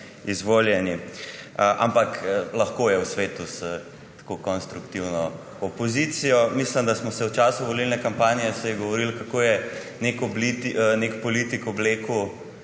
izvoljeni. Ampak lahko je v svetu s tako konstruktivno opozicijo. Mislim, da se je v času volilne kampanje govorilo, kako je nek politik oblekel